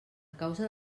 causa